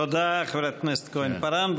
תודה, חברת הכנסת כהן-פארן.